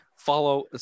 Follow